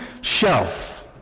shelf